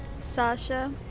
Sasha